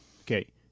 okay